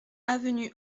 avenue